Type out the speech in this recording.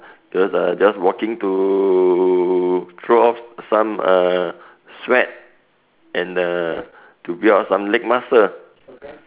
there's uh just walking to throw off some uh sweat and uh to build up some leg muscle